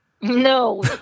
No